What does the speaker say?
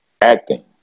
acting